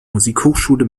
musikhochschule